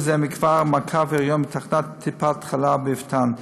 זה מכבר מעקב היריון בתחנת טיפת חלב באבטין.